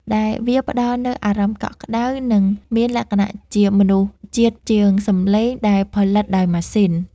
ដែលវាផ្តល់នូវអារម្មណ៍កក់ក្តៅ និងមានលក្ខណៈជាមនុស្សជាតិជាងសម្លេងដែលផលិតដោយម៉ាស៊ីន។